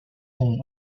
son